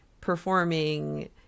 performing